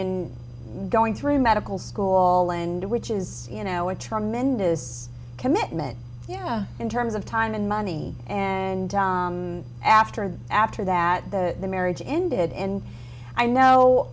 in going through medical school end which is you know a tremendous commitment yeah in terms of time and money and after and after that the marriage ended in i know